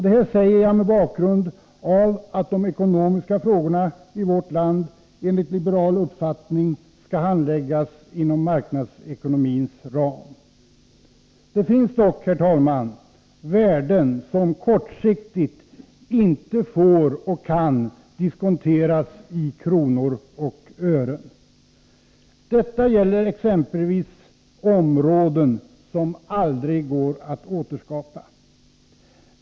Detta säger jag mot bakgrund av att de ekonomiska frågorna i vårt land enligt liberal uppfattning skall handläggas inom marknadsekonomins ram. Det finns dock, herr talman, värden som kortsiktigt inte får eller kan diskonteras i kronor och ören. Detta gäller exempelvis områden som inte går att återskapa.